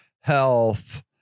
health